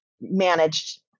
managed